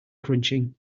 crunching